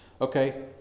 Okay